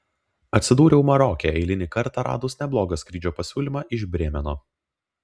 atsidūriau maroke eilinį kartą radus neblogą skrydžio pasiūlymą iš brėmeno